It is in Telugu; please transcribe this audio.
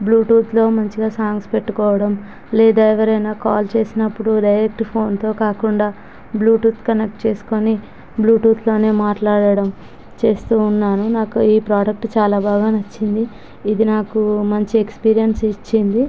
బ్లూటూత్లో మంచిగా సాంగ్స్ పెట్టుకోవడం లేదా ఎవరైనా కాల్ చేసినపుడు డైరెక్ట్ ఫోన్తో కాకుండా బ్లూటూత్ కనెక్ట్ చేసుకుని బ్లూటూత్లోనే మాట్లాటడం చేస్తూ ఉన్నాను నాకు ఈ ప్రోడక్ట్ చాలా బాగా నచ్చింది ఇది నాకు మంచి ఎక్స్పీరియన్స్ ఇచ్చింది